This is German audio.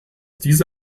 diese